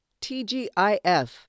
TGIF